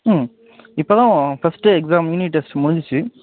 ம் இப்போ தான் ஃபஸ்ட்டு எக்ஸாம் யூனிட் டெஸ்ட் முடிஞ்சிச்சு